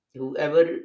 whoever